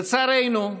לצערנו,